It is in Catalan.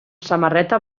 samarreta